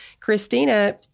Christina